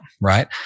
right